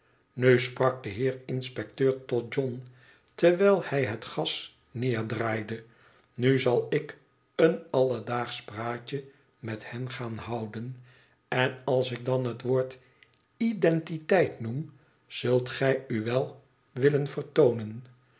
tnu sprak de heer inspecteur tot john terwijl hij het gas neerdraaide nu zal ik een alledaagsch praatje met hen gaan houden en als ik dan het woord identiteit noem zult gij u wel willen vertoonen